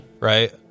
right